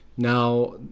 now